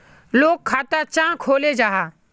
लोग खाता चाँ खोलो जाहा?